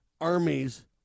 armies